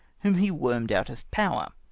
whom he wormed out of power.